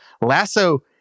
lasso